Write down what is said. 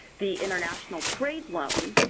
the international trade loan,